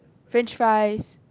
French fries